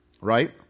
right